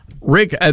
Rick